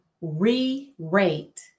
re-rate